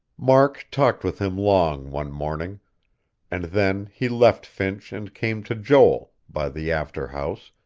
mark talked with him long, one morning and then he left finch and came to joel, by the after house,